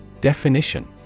Definition